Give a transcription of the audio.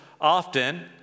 often